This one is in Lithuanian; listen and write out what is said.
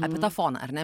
apie tą foną ar ne